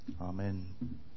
Amen